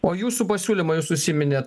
o jūsų pasiūlymai jūs užsiminėt